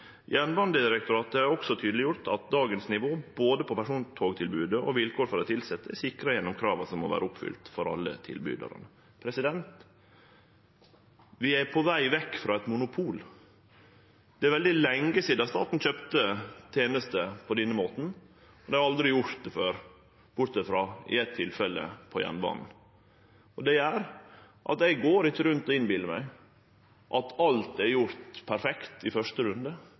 Jernbanedirektoratet har også tydeleggjort at dagens nivå, både på persontogtilbodet og på vilkår for dei tilsette, er sikra gjennom krava som må vere oppfylte for alle tilbydarane. Vi er på veg vekk frå eit monopol. Det er veldig lenge sidan staten kjøpte tenester på denne måten. Dei har aldri gjort det før, bortsett frå i eitt tilfelle, på jernbanen. Det gjer at eg ikkje går rundt og innbiller meg at alt er gjort perfekt i første runde.